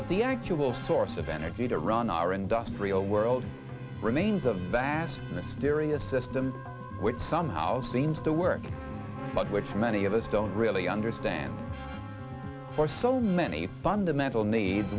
but the actual source of energy to run our industrial world remains a vast mysterious system which somehow seems to work but which many of us don't really understand for so many fundamental needs